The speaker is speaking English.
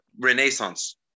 renaissance